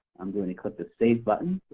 i'm going to click the save button.